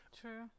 True